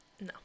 No